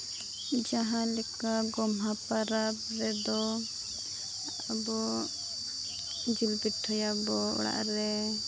ᱡᱟᱦᱟᱸ ᱞᱮᱠᱟ ᱜᱚᱢᱦᱟ ᱯᱚᱨᱚᱵᱽ ᱨᱮᱫᱚ ᱟᱵᱚ ᱡᱤᱞ ᱯᱤᱴᱷᱟᱹᱭᱟᱵᱚ ᱚᱲᱟᱜ ᱨᱮ